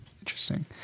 interesting